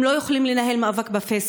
הם לא יכולים לנהל מאבק בפייסבוק,